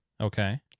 Okay